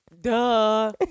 Duh